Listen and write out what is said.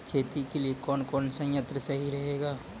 खेती के लिए कौन कौन संयंत्र सही रहेगा?